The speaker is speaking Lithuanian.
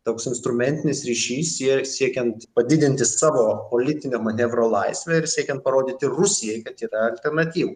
toks instrumentinis ryšys sie siekiant padidinti savo politinio manevro laisvę ir siekiant parodyti rusijai kad yra alternatyva